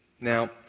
Now